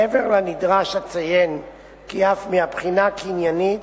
מעבר לנדרש אציין כי אף מהבחינה הקניינית